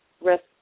risk